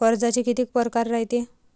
कर्जाचे कितीक परकार रायते?